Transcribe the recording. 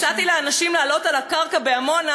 כשהצעתי לאנשים לעלות על הקרקע בעמונה,